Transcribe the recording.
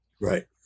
Right